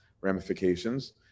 ramifications